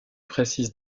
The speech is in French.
précise